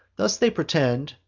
thus they pretend,